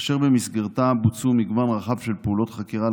אשר במסגרתה בוצעו מגוון רחב של פעולות חקירה,